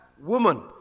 woman